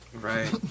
right